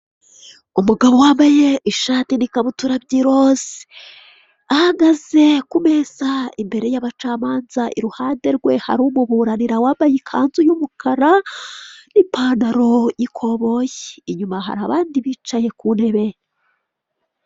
Inzu iherereye mu mujyi wa Kigali igurishwa amafaranga y'u Rwanda miliyoni mirongo irindwi n'eshanu igaragara icyumba k'isuku n'umuryango imbere ufite ibirahuri.